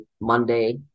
monday